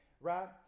Right